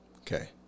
Okay